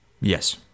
Yes